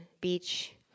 Beach